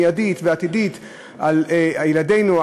מיידית ועתידית על ילדינו,